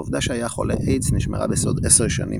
העובדה שהיה חולה איידס נשמרה בסוד 10 שנים